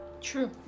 True